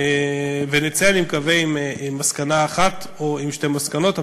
ונצא, אני מקווה, עם מסקנה אחת או עם שתי מסקנות.